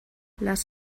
lass